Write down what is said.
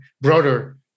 broader